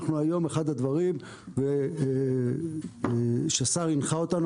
אנחנו היום אחד הדברים שהשר הנחה אותנו,